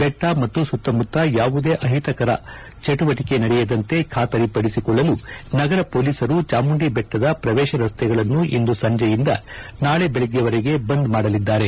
ಬೆಟ್ಟ ಮತ್ತು ಸುತ್ತಮುತ್ತ ಯಾವುದೇ ಅಹಿತಕರ ಚಟುವಟಕೆ ನಡೆಯದಂತೆ ಖಾತರಿಪಡಿಸಿಕೊಳ್ಳಲು ನಗರ ಪೊಲೀಸರು ಚಾಮುಂಡಿಬೆಟ್ಟದ ಪ್ರವೇಶ ರಸ್ತೆಗಳನ್ನು ಇಂದು ಸಂಜೆಯಿಂದ ನಾಳೆ ಬೆಳಗ್ಗೆವರೆಗೆ ಬಂದ್ ಮಾಡಲಿದ್ದಾರೆ